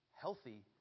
healthy